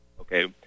okay